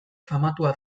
famatua